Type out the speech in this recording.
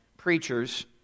preachers